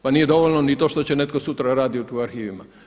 Pa nije dovoljno ni to što će netko sutra raditi to u arhivima.